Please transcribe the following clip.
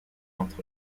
entre